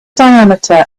diameter